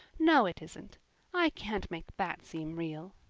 no, it isn't i can't make that seem real.